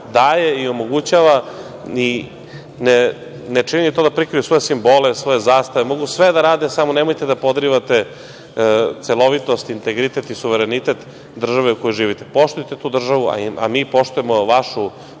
daje i omogućava. Ne čini to da prikrije svoje simbole, svoje zastave, mogu sve da rade, samo nemojte da podrivate celovitost integritet i suverenitet države u kojoj živite, poštujte tu državu, a mi poštujemo vašu